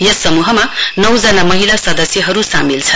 यस समूहमा नौ जना महिला सदस्यहरू सामेल छन्